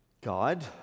God